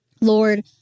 Lord